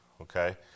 okay